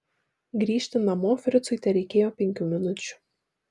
grįžti namo fricui tereikėjo penkių minučių